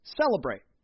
celebrate